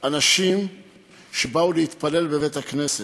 אנשים שבאו להתפלל בבית-הכנסת.